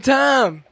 time